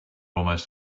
almost